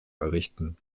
errichten